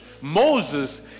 Moses